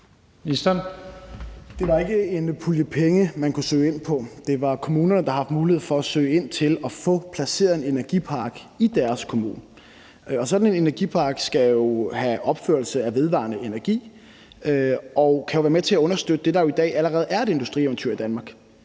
Det var ikke en pulje penge, man kunne søge om. Det var kommunerne, der har haft mulighed for at søge om at få placeret en energipark i deres kommune. Sådan en energipark indebærer opførelse af vedvarende energi og kan være med til at understøtte det, der jo i dag allerede er et industrieventyr i Danmark,